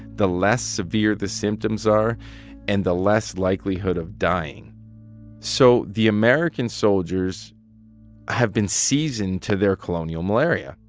the less severe the symptoms are and the less likelihood of dying so the american soldiers have been seasoned to their colonial malaria.